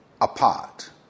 apart